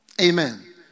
Amen